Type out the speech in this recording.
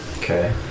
Okay